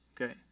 okay